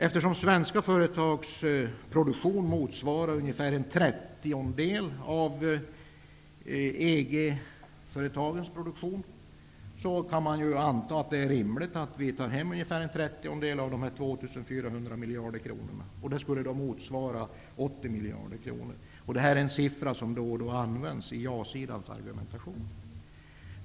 Eftersom svenska företags produktion motsvarar ungefär en trettiondel av EG-företagens produktion, kan man anta att det är rimligt att vi tar hem ungefär en trettiondel av de 2 400 miljarder kronorna -- ungefär 80 miljarder kronor. Denna siffra används då och då i ja-sidans argumentation.